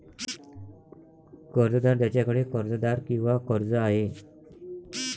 कर्जदार ज्याच्याकडे कर्जदार किंवा कर्ज आहे